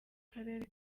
karere